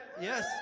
Yes